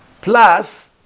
Plus